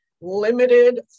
limited